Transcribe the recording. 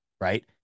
Right